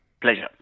Pleasure